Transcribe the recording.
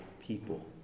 people